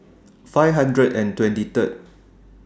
five hundred and twenty Third